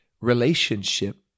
relationship